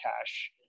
cash